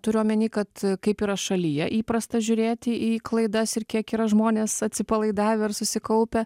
turiu omeny kad kaip yra šalyje įprasta žiūrėti į klaidas ir kiek yra žmonės atsipalaidavę ar susikaupę